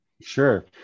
Sure